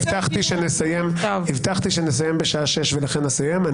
הבטחתי שנסיים בשעה 18:00 ולכן אסיים.